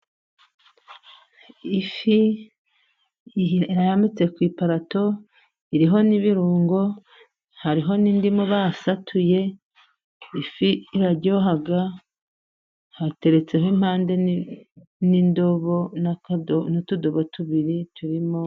Ifi irambitse ku iparato iriho n'ibirungo hariho n'indimu basatuye ifi iraryoha hateretseho impande n'utudobo tubiri turimo.